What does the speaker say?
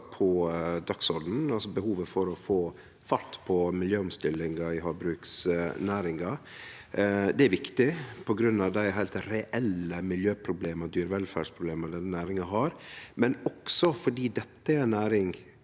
på dagsordenen, altså behovet for å få fart på miljøomstillinga i havbruksnæringa. Det er viktig på grunn av dei heilt reelle miljøproblema og dyrevelferdsproblema denne næringa har, men også fordi dette er ei næring